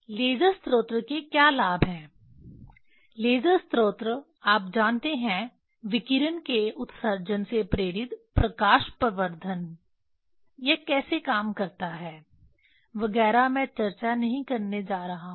laser स्रोत के क्या लाभ हैं लेज़र स्रोत आप जानते हैं विकिरण के उत्सर्जन से प्रेरित प्रकाश प्रवर्धन यह कैसे काम करता है वगैरह मैं चर्चा नहीं करने जा रहा हूं